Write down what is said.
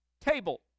table